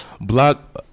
block